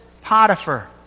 Potiphar